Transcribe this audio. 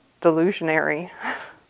delusionary